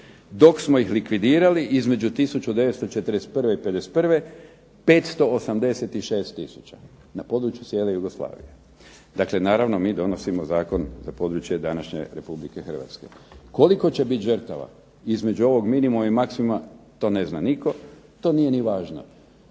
dok smo ih likvidirali između 1941. i '51. 586 tisuća, na području cijele Jugoslavije. Dakle naravno mi donosimo zakon za područje današnje Republike Hrvatske. Koliko će bit žrtava između ovog minimuma i maksimuma to ne zna nitko, to nije ni važno.